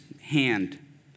hand